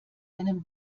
einem